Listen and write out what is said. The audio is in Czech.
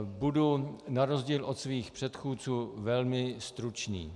Budu na rozdíl od svých předchůdců velmi stručný.